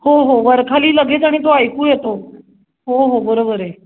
हो हो वरखाली लगेच आणि तो ऐकू येतो हो हो बरोबर आहे